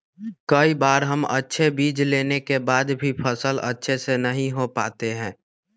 कई बार हम अच्छे बीज लेने के बाद भी फसल अच्छे से नहीं हो पाते हैं?